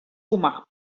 humà